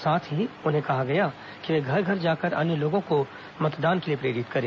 साथ ही उन्हें कहा गया कि वे घर घर जाकर अन्य लोगों को मतदान के लिए प्रेरित करें